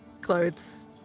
clothes